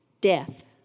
Death